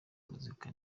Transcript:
muzika